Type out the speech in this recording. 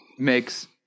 makes